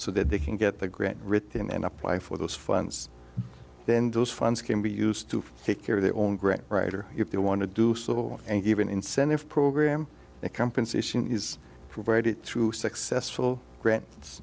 so that they can get the grant written and apply for those funds then those funds can be used to take care of their own grant writer if they want to do so and even incentive program the compensation is provided through successful grant